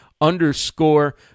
underscore